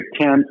Ten